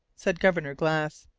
said governor glass.